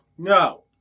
No